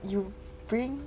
you bring